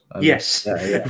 Yes